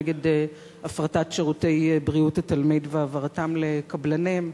נגד הפרטת שירותי בריאות התלמיד והעברתם לקבלנים.